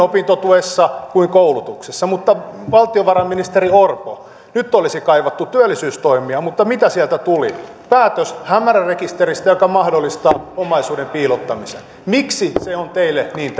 opintotuessa kuin koulutuksessa valtiovarainministeri orpo nyt olisi kaivattu työllisyystoimia mutta mitä sieltä tuli päätös hämärärekisteristä joka mahdollistaa omaisuuden piilottamisen miksi se on teille niin